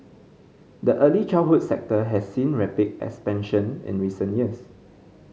the early childhood sector has seen rapid expansion in recent years